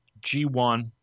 G1